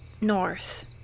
north